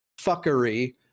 fuckery